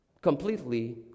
completely